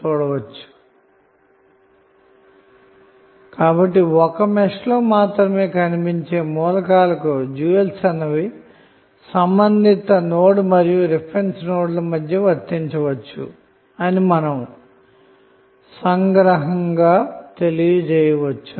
vlcsnap 2019 08 31 18h49m45s495 కాబట్టి ఒక మెష్లో మాత్రమే కనిపించే మూలకాలకు డ్యూయల్స్ అన్నవి సంబంధిత నోడ్ మరియు రిఫరెన్స్ నోడ్ మధ్య వర్తించవచ్చు అని మనం సంగ్రహంగా తెలియచేద్దాము